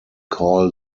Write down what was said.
call